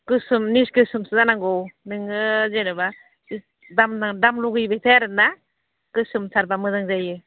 गोसोम निस गोसोमसो जानांगौ नोङो जेनेबा दाम लुगायैबायसा आरोना गोसोमथारबा मोजां जायो